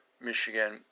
Michigan